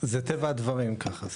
זה טבע הדברים, ככה זה.